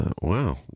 Wow